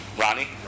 Ronnie